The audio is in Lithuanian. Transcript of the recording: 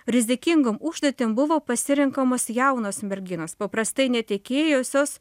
rizikingom užduotim buvo pasirenkamos jaunos merginos paprastai netekėjusios